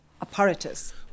apparatus